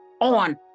on